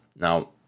now